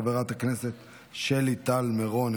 חברת הכנסת שלי טל מירון,